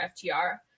FTR